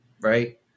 right